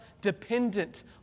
dependent